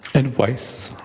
advice,